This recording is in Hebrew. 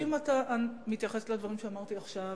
אם אתה מתייחס לדברים שאמרתי עכשיו,